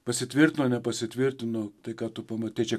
pasitvirtino nepasitvirtino tai ką tu pamatei čia